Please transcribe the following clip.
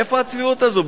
איפה הצביעות הזאת?